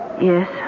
Yes